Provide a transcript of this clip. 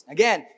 Again